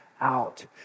out